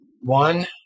One